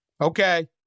Okay